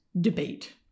debate